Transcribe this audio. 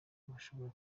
bashobora